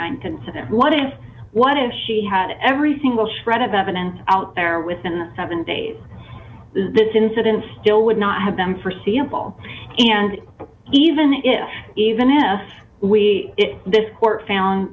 and consider what if what if she had every single shred of evidence out there within seven days this incident still would not have them forseeable and even if even if we if this court found